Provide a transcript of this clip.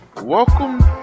welcome